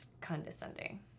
condescending